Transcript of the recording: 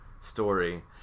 story